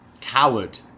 Coward